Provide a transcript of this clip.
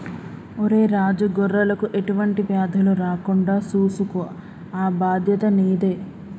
ఒరై రాజు గొర్రెలకు ఎటువంటి వ్యాధులు రాకుండా సూసుకో ఆ బాధ్యత నీదే